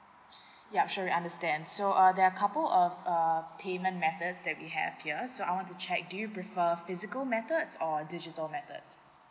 ya sure we understand so uh there are couple of err payment methods that we have here so I want to check do you prefer physical methods or digital methods